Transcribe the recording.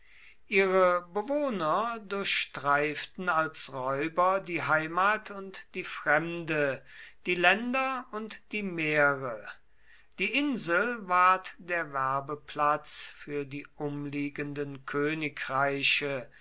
ihre bewohner durchstreiften als räuber die heimat und die fremde die länder und die meere die insel ward der werbeplatz für die umliegenden königreiche